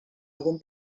algun